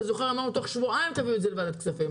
אתה זוכר אמרנו שתוך שבועיים תביאו את זה לוועדת הכספים.